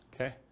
Okay